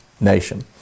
nation